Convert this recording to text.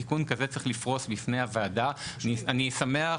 אני חושב שבתיקון כזה צריך לפרוס בפני הוועדה,